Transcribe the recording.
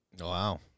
wow